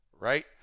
right